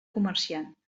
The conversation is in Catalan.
comerciant